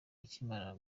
akimara